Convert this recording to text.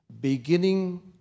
beginning